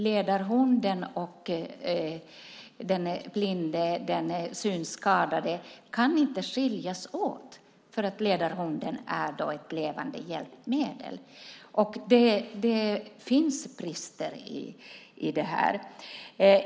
Ledarhunden och den blinde eller synskadade kan inte skiljas åt eftersom ledarhunden är ett levande hjälpmedel. Det finns brister i det här.